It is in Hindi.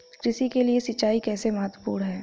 कृषि के लिए सिंचाई कैसे महत्वपूर्ण है?